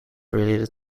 related